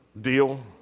deal